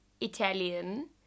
Italian